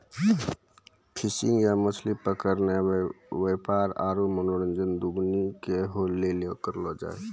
fishing या मछली पकड़नाय व्यापार आरु मनोरंजन दुनू के लेली करलो जाय छै